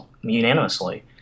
unanimously